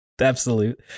Absolute